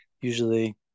Usually